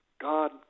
god